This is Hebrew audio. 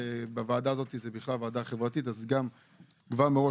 הוועדה הזאת היא ועדה חברתית אז כבר מראש